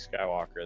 Skywalker